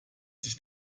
sich